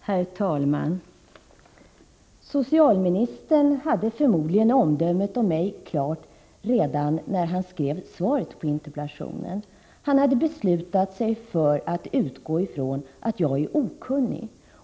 Herr talman! Socialministern hade förmodligen omdömet om mig klart redan när han skrev svaret på interpellationen. Han hade beslutat sig för att utgå från att jag är okunnig.